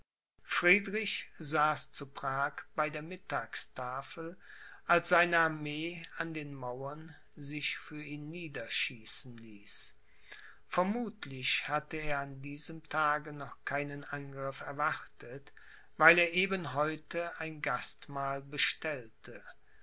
friedrich saß zu prag bei der mittagstafel als seine armee an den mauern sich für ihn niederschießen ließ vermutlich hatte er an diesem tage noch keinen angriff erwartet weil er eben heute ein gastmahl bestellte